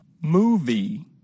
Movie